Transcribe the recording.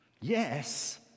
Yes